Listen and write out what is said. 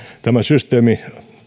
tämä systeemi